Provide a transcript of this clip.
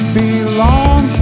belong